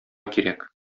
кирәк